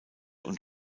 und